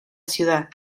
ciudad